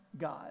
God